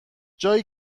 جایی